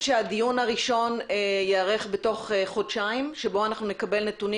שהדיון הראשון ייערך בתוך חודשיים שבו אנחנו נקבל נתונים